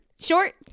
Short